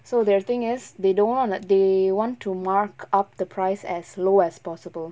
so their thing is they don't wanna they want to mark up the price as low as possible